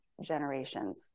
generations